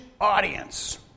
audience